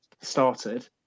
started